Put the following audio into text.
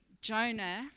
Jonah